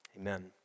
Amen